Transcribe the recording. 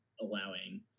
allowing